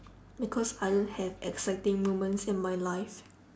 because I don't have exciting moments in my life